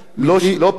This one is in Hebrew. ודאי תקציבית,